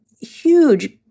huge